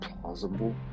plausible